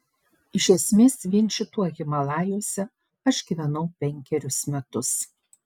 iš esmės vien šituo himalajuose aš gyvenau penkerius metus